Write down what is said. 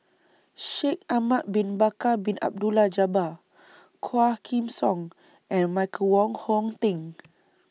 Shaikh Ahmad Bin Bakar Bin Abdullah Jabbar Quah Kim Song and Michael Wong Hong Teng